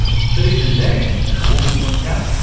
but even there, as wolman points out,